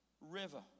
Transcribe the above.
River